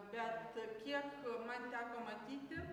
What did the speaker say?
bet kiek man teko matyti